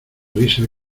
risa